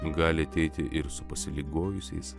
gali ateiti ir su pasiligojusiais